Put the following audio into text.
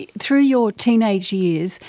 and through your teenage years,